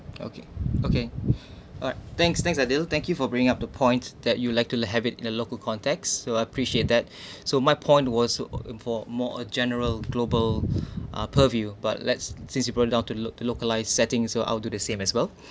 okay okay alright thanks thanks ah deal thank you for bringing up the point that you like to have it in the local context will appreciate that so my point was for more a general global uh purview but let's since you broke down to loc~ to localised setting so I'll do the same as well